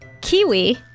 kiwi